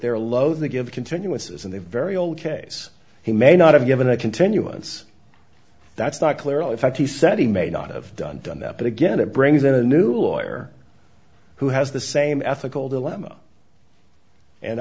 they're loathe to give continuances and the very old case he may not have given a continuance that's not clearly fact he said he may not have done done that but again it brings in a new lawyer who has the same ethical dilemma and